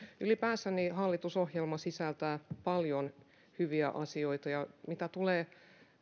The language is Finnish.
ylipäänsä hallitusohjelma sisältää paljon hyviä asioita ja mitä tulee